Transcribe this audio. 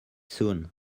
soon